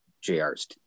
JR's